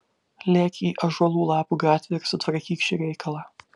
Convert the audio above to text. lėk į ąžuolų lapų gatvę ir sutvarkyk šį reikalą